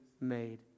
made